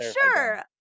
sure